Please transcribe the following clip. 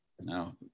now